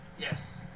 Yes